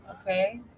Okay